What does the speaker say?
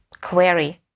query